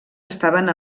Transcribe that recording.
estaven